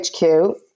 HQ